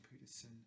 Peterson